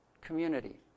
community